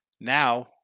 Now